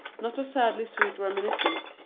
not a sadly sweet reminiscence,